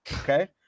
okay